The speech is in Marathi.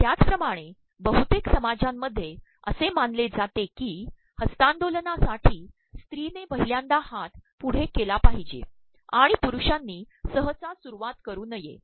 त्याचिमाणे बहुतेक समाजांमध्येअसेमानलेजातेकी हस्त्तांदोलनासाठी स्त्रीनेपद्रहल्यांदा हात पुढेकेला पाद्रहजेआणण पुरुषांनी सहसा सुरुवात करू नये